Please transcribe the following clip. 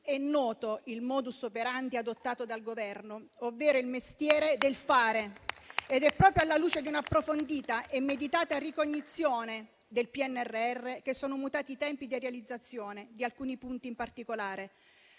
È noto il *modus operandi* adottato dal Governo, ovvero il mestiere del fare. Ed è proprio alla luce di un'approfondita e meditata ricognizione del PNRR che sono mutati i tempi di realizzazione di alcuni punti in particolare,